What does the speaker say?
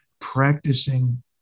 practicing